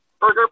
burger